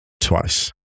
twice